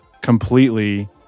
completely